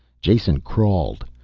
jason crawled.